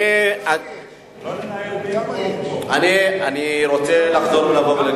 אני רוצה לענות לו.